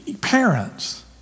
Parents